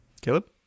Caleb